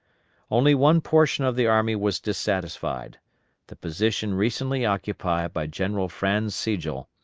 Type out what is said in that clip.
only one portion of the army was dissatisfied the position recently occupied by general franz sigel,